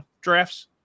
drafts